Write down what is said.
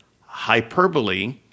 hyperbole